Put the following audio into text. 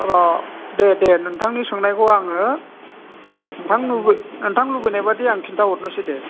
र' दे दे नोंथांनि सोंनायखौ आङो नोंथां लुबै नोंथां लुबैनाय बायदि आं खिन्थाहरनोसै दे